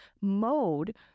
mode